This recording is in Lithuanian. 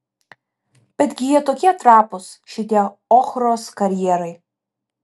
betgi jie tokie trapūs šitie ochros karjerai